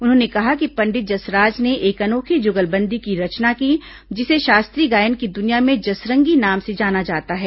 उन्होंने कहा कि पंडित जसराज ने एक अनोखी जुगलबंदी की रचना की जिसे शास्त्रीय गायन की दुनिया में जसरंगी नाम से जाना जाता है